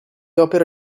opera